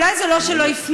אולי זה לא שלא הפנימו,